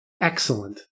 Excellent